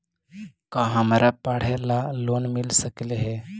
का हमरा पढ़े ल लोन मिल सकले हे?